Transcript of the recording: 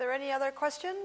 there any other question